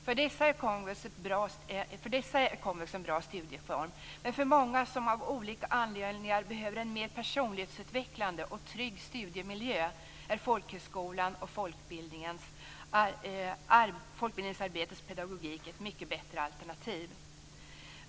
För dessa är komvux en bra studieform, men för många som av olika anledningar behöver en mer personlighetsutvecklande och trygg studiemiljö är folkhögskolan och folkbildningsarbetets pedagogik ett mycket bättre alternativ.